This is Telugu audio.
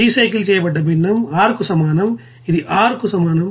రీసైకిల్ చేయబడ్డ భిన్నం R కు సమానం ఇది R కు సమానం